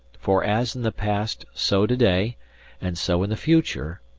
for as in the past so to-day, and so in the future,